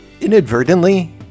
Inadvertently